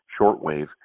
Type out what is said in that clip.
shortwave